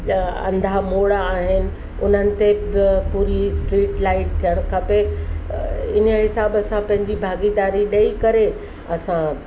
अंधा मोड़ आहिनि उन्हनि ते बि पूरी स्ट्रीट लाइट थियणु खपे ईअं हिसाब सां पंहिंजी भागीदारी ॾेई करे असां